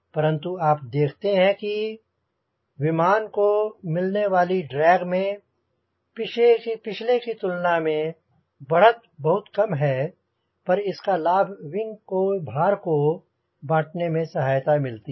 परंतु आप देखते हैं कि विमान को मिलने वाले ड्रैग में पिछले की तुलना में बढ़त बहुत कम है पर इसका लाभ विंग के भार को बांँटने में सहायता मिलती है